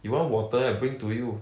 you want water I bring to you